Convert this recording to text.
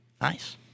Nice